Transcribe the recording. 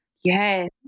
Yes